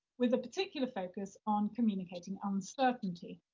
with a particular focus on communicating uncertainty.